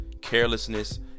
carelessness